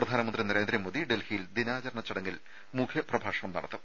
പ്രധാനമന്ത്രി നരേന്ദ്രമോദി ഡൽഹിയിൽ ദിനാചരണ ചടങ്ങിൽ മുഖ്യപ്രഭാഷണം നടത്തും